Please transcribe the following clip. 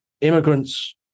immigrants